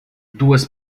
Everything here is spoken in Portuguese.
duas